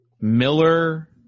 Miller